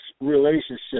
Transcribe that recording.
relationship